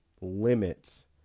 limits